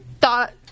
Thought